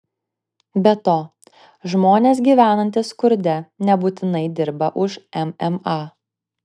be to žmonės gyvenantys skurde nebūtinai dirba už mma